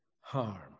harm